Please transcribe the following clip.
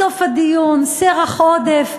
בסוף הדיון, סרח עודף.